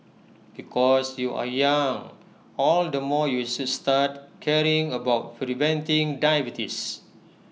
because you are young all the more you should start caring about preventing diabetes